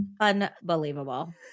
Unbelievable